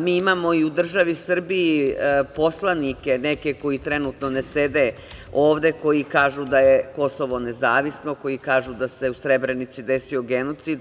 mi imamo i u državi Srbiji poslanike neke koji trenutno ne sede ovde, koji kažu da je Kosovo nezavisno, koji kažu da se u Srebrenici desio genocid.